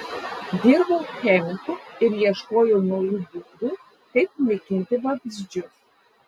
dirbau chemiku ir ieškojau naujų būdų kaip naikinti vabzdžius